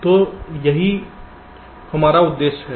तो यहाँ यही उद्देश्य है